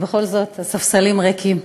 ובכל זאת הספסלים ריקים.